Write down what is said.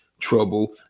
trouble